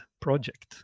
project